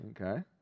Okay